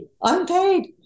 unpaid